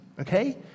okay